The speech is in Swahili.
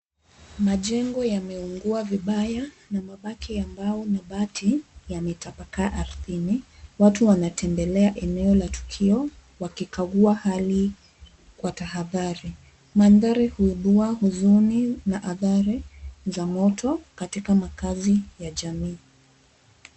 Majengo yameungua vibaya, na mabaki ya mbao na bati, yametapakaa ardhini. Watu wanatembelea eneo la tukio, wakichagua hali, kwa tahadhari. Mandhari huibua huzuni, na athari za moto, katika makazi ya jamii.